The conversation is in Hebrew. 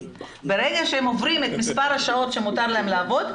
ברגע שהם עוברים את מספר השעות שמותר להם לעבוד,